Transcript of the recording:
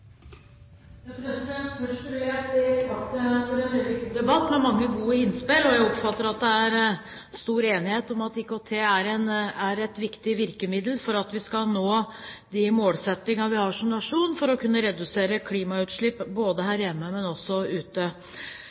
Først vil jeg si takk for en veldig god debatt med mange gode innspill. Jeg oppfatter at det er stor enighet om at IKT er et viktig virkemiddel for at vi skal nå de målsettinger vi har som nasjon for å kunne redusere klimautslipp ikke bare her hjemme, men også ute.